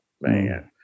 man